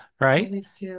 Right